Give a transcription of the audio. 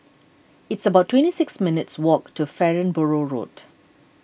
it's about twenty six minutes' walk to Farnborough Road